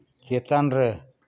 ᱪᱮᱛᱟᱱ ᱨᱮ